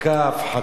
הפחדה,